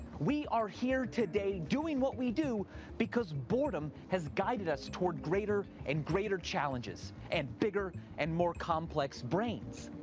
we are here today doing what we do because boredom has guided us toward greater and greater challenges and bigger and more complex brains.